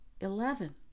Eleven